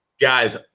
Guys